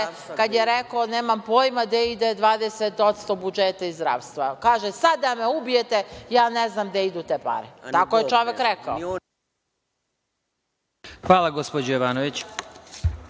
kada je rekao nemam pojma gde ide 20% budžeta iz zdravstva. Kaže – sad da me ubijete, ja ne znam gde idu te pare. Tako je čovek rekao. **Vladimir Marinković**